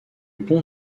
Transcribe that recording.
pont